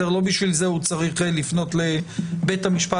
לא בשביל זה הוא צריך לפנות לבית המשפט